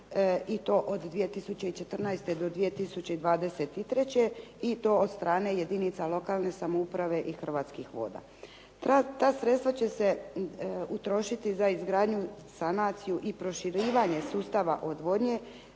i to od 2014. do 2023. i to od strane jedinca lokalne samouprave i Hrvatskih voda. Ta sredstva će se utrošiti za izgradnju i sanaciju i proširivanja sustava odvodnje,